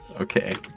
Okay